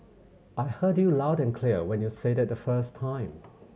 I heard you loud and clear when you said it the first time